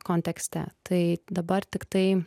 kontekste tai dabar tiktai